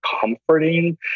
comforting